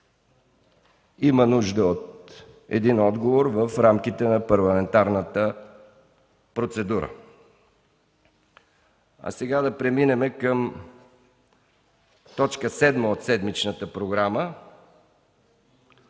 имат нужда от отговор в рамките на парламентарната процедура. Сега да преминем към точка седма от седмичната програма: